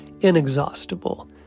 inexhaustible